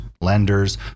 lenders